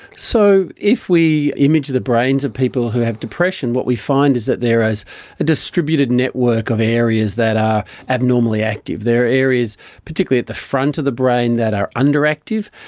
so if we image the brains of people who have depression, what we find is that there is a distributed network of areas that are abnormally active, there are areas particularly at the front of the brain that are under-active,